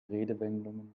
redewendungen